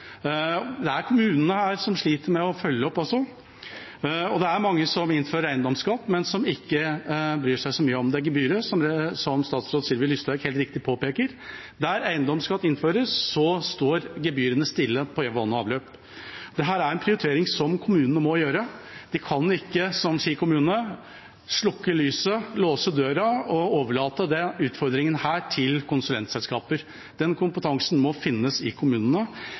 Det er kommunene som sliter med å følge opp. Det er mange som innfører eiendomsskatt, men som ikke bryr seg så mye om det gebyret, som statsråd Sylvi Listhaug helt riktig påpeker. Der eiendomsskatt innføres, står gebyrene stille på vann og avløp. Dette er en prioritering som kommunene må gjøre. De kan ikke, som Ski kommune, slukke lyset, låse døra og overlate denne utfordringen til konsulentselskaper. Den kompetansen må finnes i kommunene,